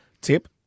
Tip